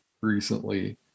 recently